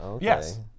Yes